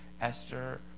Esther